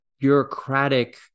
bureaucratic